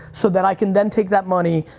so that i can then take that money,